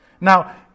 Now